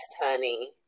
honey